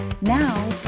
Now